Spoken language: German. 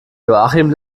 joachim